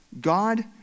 God